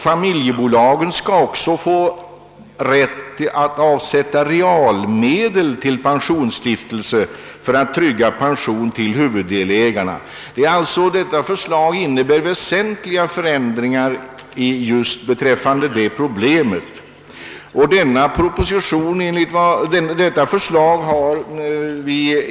Familjebolagen skall också få rätt att avsätta realmedel till pensionsstiftelse för att trygga pension till huvuddelägare. Detta förslag innebär alltså väsentliga förändringar beträffande just detta problem.